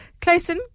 Clayson